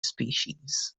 species